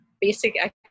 basic